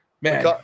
man